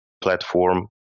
platform